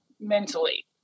mentally